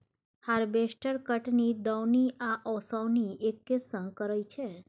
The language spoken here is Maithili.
हारबेस्टर कटनी, दौनी आ ओसौनी एक्के संग करय छै